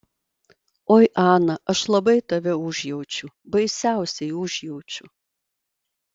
oi ana aš labai tave užjaučiu baisiausiai užjaučiu